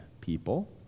people